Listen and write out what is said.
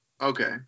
Okay